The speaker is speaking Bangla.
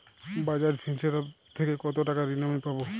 বাজাজ ফিন্সেরভ থেকে কতো টাকা ঋণ আমি পাবো?